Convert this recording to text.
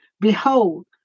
Behold